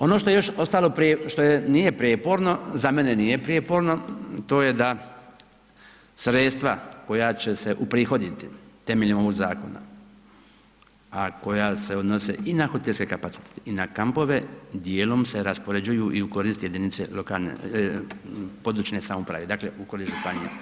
Ono što je još ostalo, što nije prijeporno, za mene nije prijeporno to je da sredstava koja će se uprihoditi temeljem ovog zakona, a koja se odnose i na hotelske kapacitete i na kampove dijelom se raspoređuju i u korist jedinice lokalne, područne samouprave, dakle u korist županija.